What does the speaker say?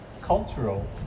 cultural